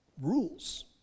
rules